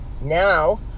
Now